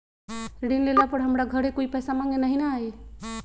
ऋण लेला पर हमरा घरे कोई पैसा मांगे नहीं न आई?